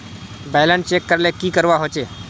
Balance check करले की करवा होचे?